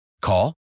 Call